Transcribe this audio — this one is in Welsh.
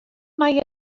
mae